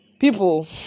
People